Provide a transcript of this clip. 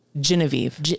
genevieve